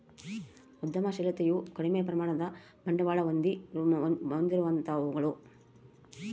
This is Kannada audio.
ಉದ್ಯಮಶಿಲತೆಯು ಕಡಿಮೆ ಪ್ರಮಾಣದ ಬಂಡವಾಳ ಹೊಂದಿರುವಂತವುಗಳು